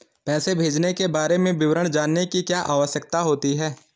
पैसे भेजने के बारे में विवरण जानने की क्या आवश्यकता होती है?